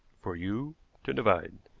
for you to divide.